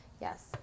yes